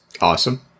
Awesome